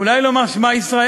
אולי לומר את "שמע ישראל",